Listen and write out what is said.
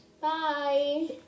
Bye